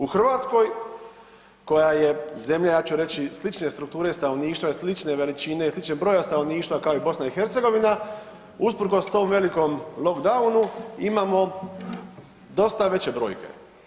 U Hrvatskoj koja je zemlja, ja ću reći sličnije strukture stanovništva i slične veličine i sličnog broja stanovništva kao i BiH, usprkos tom velikom broju lockdownu, imamo dosta veće brojke.